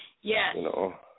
Yes